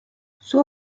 suo